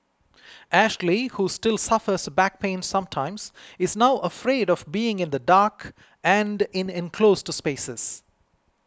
Ashley who still suffers back pains sometimes is now afraid of being in the dark and in enclosed spaces